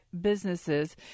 businesses